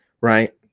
right